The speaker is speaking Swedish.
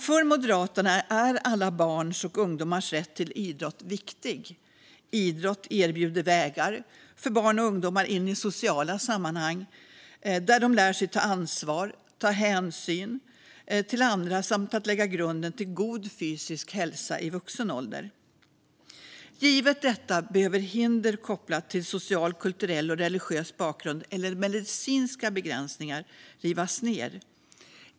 För Moderaterna är alla barns och ungdomars rätt till idrott viktig. Idrott erbjuder vägar för barn och ungdomar in i sociala sammanhang. De lär sig där att ta ansvar och ta hänsyn till andra samt lägger grunden för en god fysisk hälsa i vuxen ålder. Givet detta behöver hinder kopplade till social, kulturell och religiös bakgrund eller medicinska begränsningar rivas.